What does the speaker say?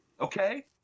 okay